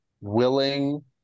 willing